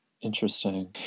Interesting